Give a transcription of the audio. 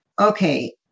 Okay